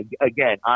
again